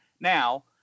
Now